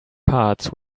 parts